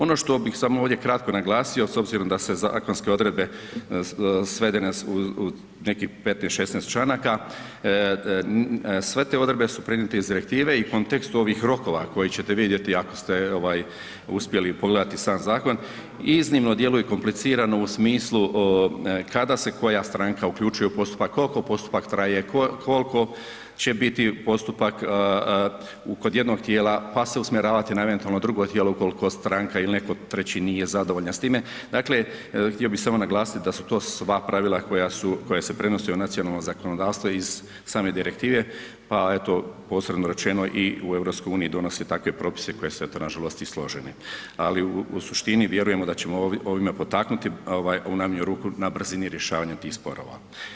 Ono što bih samo ovdje kratko naglasio s obzirom da se zakonske odredbe svedene su na nekih 15, 16 članaka, sve te odredbe su prenijete iz direktive i u kontekstu ovih rokova koji ćete vidjeti ako ste uspjeli pogledat sam zakon, iznimno djeluje komplicirano u smislu kada se koja stranka uključuje u postupak, koliko postupak traje, koliko će biti postupak kod jednog tijela pa se usmjeravati na eventualno drugo tijelo ukoliko stranka ili netko treći nije zadovoljan s time, dakle htio bi samo naglasiti da su to sva pravila koja se prenose u nacionalno zakonodavstvo iz same direktive pa eto, posebno rečeno i u EU donose takve propise koji su eto nažalost i složeni ali u suštini vjerujemo da ćemo ovime potaknuti u najmanju ruku na brzini rješavanja tih sporova.